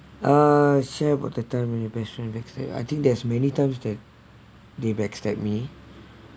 uh share about the time when your best friend backstab I think there's many times that they backstab me